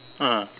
ah